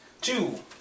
Two